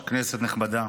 כנסת נכבדה,